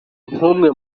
nk’umwe